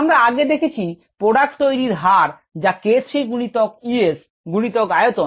আমরা আগে দেখেছি প্রোডাক্ট তৈরির হার যা k 3 গুনিতক E S গুনিতক আয়তন